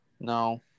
no